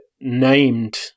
named